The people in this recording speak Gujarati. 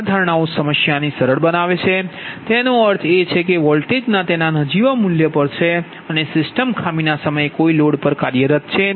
આ ધારણાઓ સમસ્યાને સરળ બનાવે છે અને તેનો અર્થ એ છે કે વોલ્ટેજ તેના નજીવા મૂલ્ય પર છે અને સિસ્ટમ ખામીના સમયે કોઈ લોડ પર કાર્યરત છે